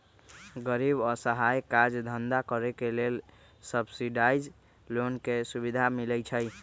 गरीब असहाय के काज धन्धा करेके लेल सब्सिडाइज लोन के सुभिधा मिलइ छइ